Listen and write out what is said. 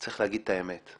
צריך להגיד את האמת.